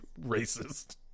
racist